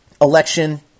election